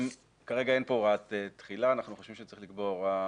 כרגע אין כאן הוראת תחילה ואנחנו חושבים שצריך לקבוע הוראת